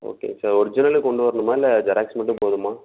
okay sir original கொண்டு வரணுமா இல்லை ஜெராக்ஸ் மட்டும் போதுமா